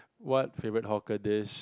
what favourite hawker dish